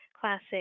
classic